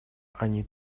они